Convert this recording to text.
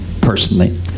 personally